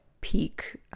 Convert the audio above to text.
peak